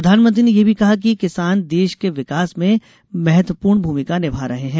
प्रधानमंत्री ने यह भी कहा कि किसान देश के विकास में महत्वपूर्ण भूमिका निभा रहे हैं